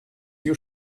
you